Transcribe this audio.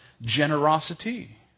generosity